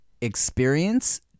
experience